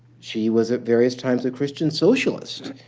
she was, at various times, a christian socialist.